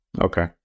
Okay